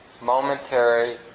momentary